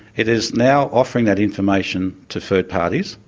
it is now offering that information to third parties,